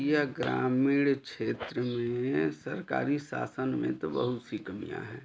यह ग्रामिण क्षेत्र में सरकारी शासन में तो बहुत सी कमियाँ हैं